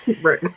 Right